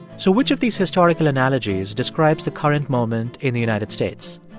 so which of these historical analogies describes the current moment in the united states?